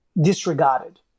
disregarded